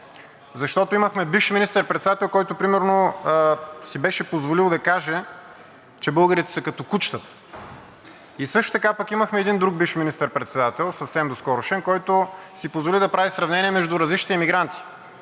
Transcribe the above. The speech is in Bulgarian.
Защото имахме бивш министър-председател, който например си беше позволил да каже, че българите са като кучетата. Също така пък имахме един друг бивш министър-председател, съвсем доскорошен, който си позволи да прави сравнение между различните емигранти.